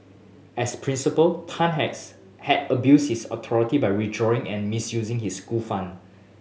as principal Tan has had abused his authority by withdrawing and misusing his school fund